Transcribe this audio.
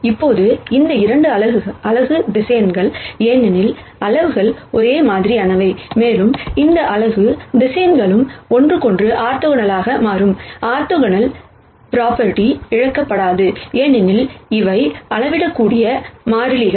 இப்போது இந்த 2 unit vectors ஏனெனில் மக்னிடுய்டு ஒரே மாதிரியானவை மேலும் இந்த யூனிட் வெக்டர்ஸ் ஒன்றுக்கொன்று ஆர்த்தோகனலாக மாறும் ஆர்த்தோகனல் பிராப்பர்டி இழக்கப்படாது ஏனெனில் இவை அளவிடக்கூடிய மாறிலிகள்